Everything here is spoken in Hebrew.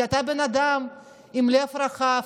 כי אתה בן אדם עם לב רחב,